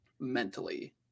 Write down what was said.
mentally